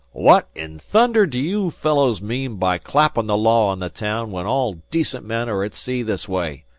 what in thunder do you fellows mean by clappin' the law on the town when all decent men are at sea this way?